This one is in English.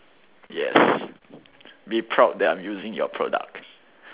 yes be proud that I am using your product